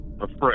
afraid